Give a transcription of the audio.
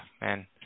man